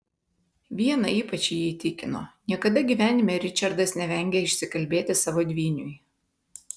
viena ypač jį įtikino niekada gyvenime ričardas nevengė išsikalbėti savo dvyniui